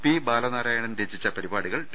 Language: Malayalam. പി ബാലനാരായണൻ രചിച്ച പരിപാടികൾ ടി